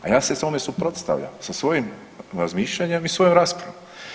A ja se tome suprotstavljam sa svojim razmišljanjem i svojom raspravom.